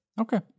Okay